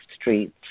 streets